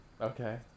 Okay